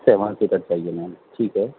seven seater چاہیے ma'am ٹھیک ہے